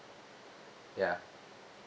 ya